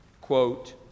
Quote